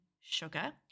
sugar